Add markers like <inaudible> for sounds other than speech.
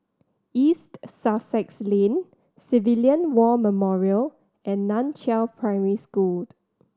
East Sussex Lane Civilian War Memorial and Nan Chiau Primary School <unintelligible>